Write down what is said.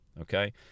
Okay